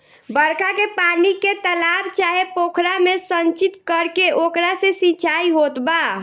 बरखा के पानी के तालाब चाहे पोखरा में संचित करके ओकरा से सिंचाई होत बा